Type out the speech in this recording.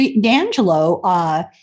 D'Angelo